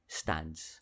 stands